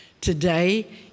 today